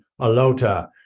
Alota